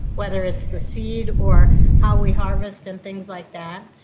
whether it's the seed or how we harvest and things like that.